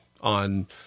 on